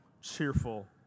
cheerful